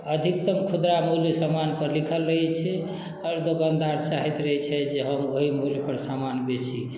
अधिकतम खुदरा मूल्य समान पर लिखल रहै छै आओर दुकानदार चाहैत रहै छै जे हम ओहि मूल्य पर समान बेची